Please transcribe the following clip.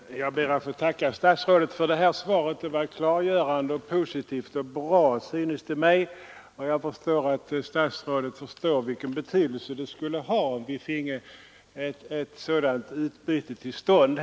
Herr talman! Jag ber att få tacka statsrådet för svaret. Det var klargörande, positivt och bra, synes det mig. Det är uppenbart att statsrådet förstår vilken betydelse det skulle ha om vi finge ett sådant utbyte till stånd.